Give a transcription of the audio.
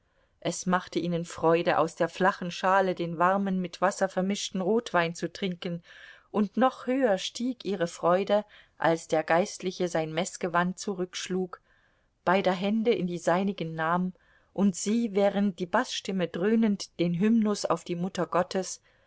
es machte ihnen freude aus der flachen schale den warmen mit wasser vermischten rotwein zu trinken und noch höher stieg ihre freude als der geistliche sein meßgewand zurückschlug beider hände in die seinigen nahm und sie während die baßstimme dröhnend den hymnus auf die mutter gottes